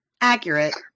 accurate